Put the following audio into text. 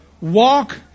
walk